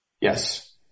Yes